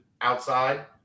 outside